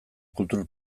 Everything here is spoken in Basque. kultur